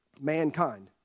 Mankind